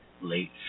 late